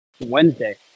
Wednesday